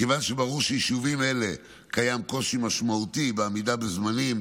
מכיוון שברור שביישובים אלה קיים קושי משמעותי בעמידה בזמנים,